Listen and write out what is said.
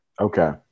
Okay